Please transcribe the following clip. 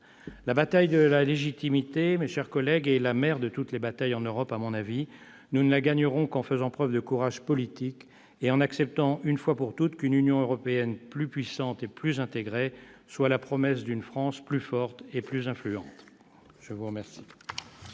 La bataille de la légitimité, mes chers collègues, est la mère de toutes les batailles en Europe. Nous ne la gagnerons qu'en faisant preuve de courage politique et en acceptant, une fois pour toutes, qu'une Union européenne plus puissante et plus intégrée offre la promesse d'une France plus forte et plus influente. La parole